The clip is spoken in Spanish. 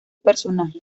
personaje